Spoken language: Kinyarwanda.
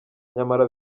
nyamara